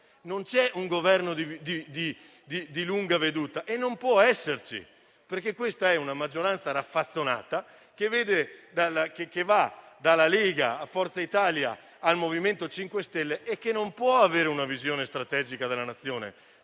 Non c'è un Governo di lunga veduta e non può esserci, perché questa è una maggioranza raffazzonata che va dalla Lega e Forza Italia al MoVimento 5 Stelle, e che non può avere una visione strategica della Nazione,